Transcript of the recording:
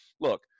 look